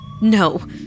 No